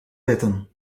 wetten